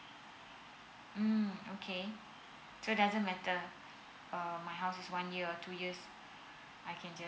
mm okay so doesn't matter um my house is one years or two years I can just